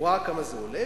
הוא ראה כמה זה עולה,